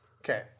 Okay